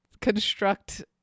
construct